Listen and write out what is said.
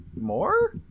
more